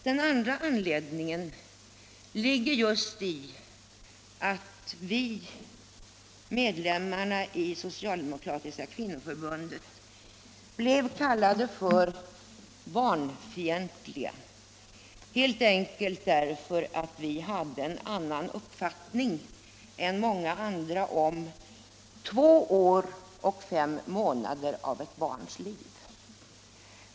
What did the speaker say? Den andra anledningen är att vi — medlemmarna i det socialdemokratiska kvinnoförbundet — blev kallade för barnfientliga helt enkelt därför att vi hade en annan uppfattning än många andra om två år och fem månader av ett barns liv.